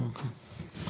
אוקי,